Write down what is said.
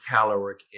caloric